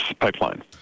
pipeline